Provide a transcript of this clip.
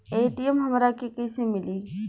ATM हमरा के कइसे मिली?